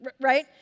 right